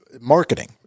marketing